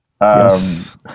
Yes